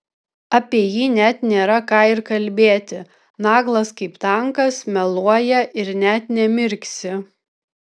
apie jį net nėra ką ir kalbėti naglas kaip tankas meluoja ir net nemirksi